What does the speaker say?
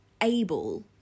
able